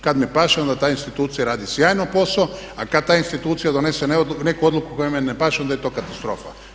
Kada mi paše onda ta institucija radi sjajno posao a kada ta institucija donese neku odluku koja mi ne paše onda je to katastrofa.